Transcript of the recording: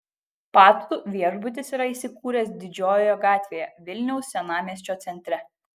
pacų viešbutis yra įsikūręs didžiojoje gatvėje vilniaus senamiesčio centre